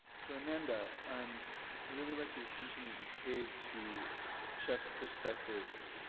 for amanda, um i really liked the attention that you paid to chefs' perspectives.